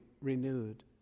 renewed